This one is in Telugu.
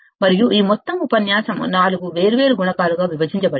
మరియు ఈ మొత్తం ఉపన్యాసం 4 వేర్వేరు గుణకాలుగా విభజించబడింది